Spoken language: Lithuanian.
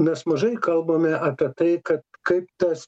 mes mažai kalbame apie tai kad kaip tas